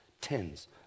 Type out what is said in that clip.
tens